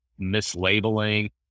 mislabeling